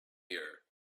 here